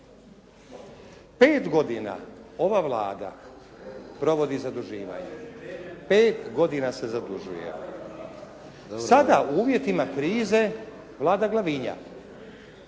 Pet godina ova Vlada provodi zaduživanje. Pet godina se zadužuje. Sada u uvjetima krize Vlada glavinja.